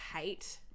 hate